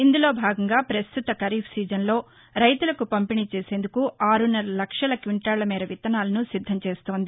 ఇందులో భాగంగా పస్తుత ఖరీఫ్ సీజన్లో రైతులకు పంపిణీ చేసేందుకు ఆరున్నర లక్షల క్వింటాళ్ల మేర విత్తనాలను సిద్దం చేస్తోంది